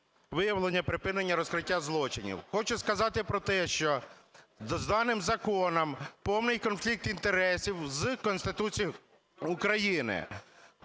виявлення, припинення, розкриття злочинів. Хочу сказати про те, що за даним законом повний конфлікт інтересів з Конституцією України.